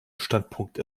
standpunkt